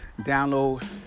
Download